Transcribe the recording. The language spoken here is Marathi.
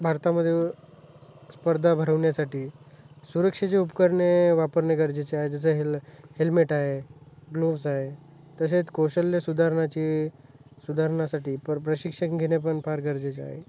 भारतामध्ये स्पर्धा भरवण्यासाठी सुरक्षेचे उपकरणे वापरणे गरजेचे आहे जसं हेल हेल्मेट आहे ग्लोव्स आहे तसेच कौशल्य सुधारणाची सुधारणासाठी प प्रशिक्षण घेणे पण फार गरजेचे आहे